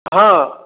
ହଁ